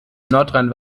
nordrhein